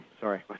Sorry